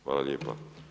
Hvala lijepa.